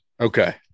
Okay